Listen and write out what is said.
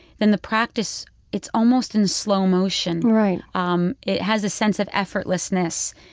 then the practice, it's almost in slow motion right um it has a sense of effortlessness.